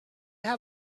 have